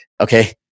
okay